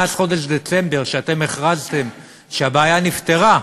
מאז חודש דצמבר, שאתם הכרזתם שהבעיה נפתרה,